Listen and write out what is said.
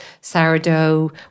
sourdough